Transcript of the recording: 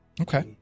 Okay